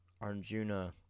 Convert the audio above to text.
Arjuna